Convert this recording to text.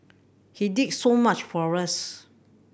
he did so much for us